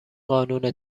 قانون